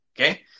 Okay